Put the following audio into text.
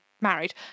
married